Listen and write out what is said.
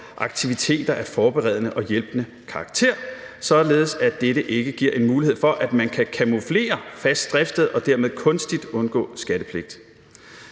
aktiviteter af forberedende og hjælpende karakter, således at dette ikke giver mulighed for, at man kan camouflere fast driftssted og dermed kunstigt undgå skattepligt.